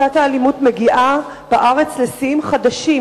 מכת האלימות מגיעה בארץ לשיאים חדשים